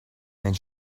and